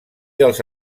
dels